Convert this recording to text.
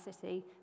city